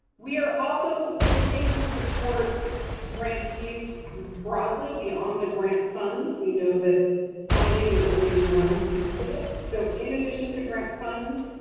we are also looking to support grantees broadly beyond the grant funds. we know that funding is only one piece of it. so in addition to grant funds,